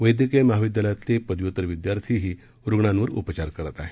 वैद्यकीय महाविद्यालयातले पदव्युत्तर विदयार्थीही रुग्णांवर उपचार करत आहेत